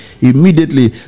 immediately